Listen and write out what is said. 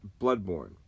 Bloodborne